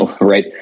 right